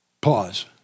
Pause